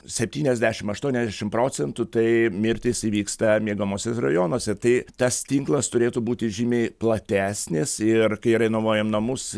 septyniasdešim aštuoniasdešim procentų tai mirtys įvyksta miegamuosiuose rajonuose tai tas tinklas turėtų būti žymiai platesnis ir kai renovuojam namus